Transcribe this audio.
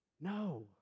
No